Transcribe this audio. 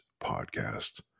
podcast